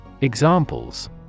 Examples